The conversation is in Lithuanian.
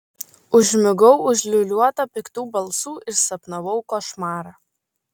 užmigau užliūliuota piktų balsų ir sapnavau košmarą